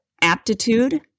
aptitude